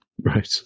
right